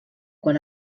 quan